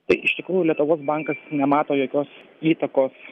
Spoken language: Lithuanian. tai iš tikrųjų lietuvos bankas nemato jokios įtakos